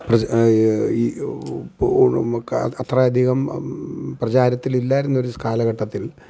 ഈ അത്ര അധികം പ്രചാരത്തിലില്ലായിരുന്നൊരു കാലഘട്ടത്തിൽ